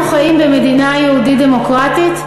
אנחנו חיים במדינה יהודית דמוקרטית,